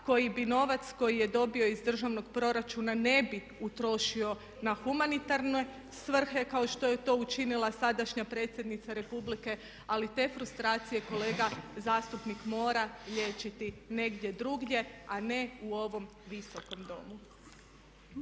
koji bi novac koji je dobio iz državnog proračuna ne bi utrošio na humanitarne svrhe kao što je to učinila sadašnja predsjednica Republike ali te frustracije kolega zastupnik mora liječiti negdje drugdje a ne u ovom Visokom domu.